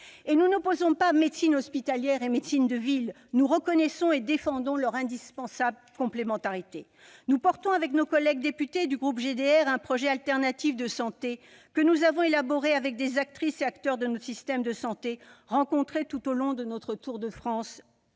Nous n'opposons pas médecine hospitalière et médecine de ville. Nous reconnaissons et défendons leur indispensable complémentarité. Nous portons, avec nos collègues députés du groupe de la Gauche démocrate et républicaine, un projet alternatif de santé que nous avons élaboré avec des actrices et acteurs de notre système de santé, rencontrés tout au long de notre tour de France